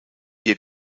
ihr